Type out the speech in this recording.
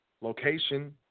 Location